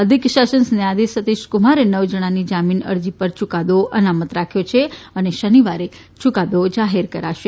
અધિક સેશન્સ ન્યાયાધીશ સતીશક્રમારે નવ જણાની જામીન અરજી પર યૂકાદો અનામત રાખ્યો છે અને શનિવારે યુકાદો જાહેર કરશે